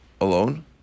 alone